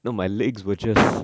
you know my legs were just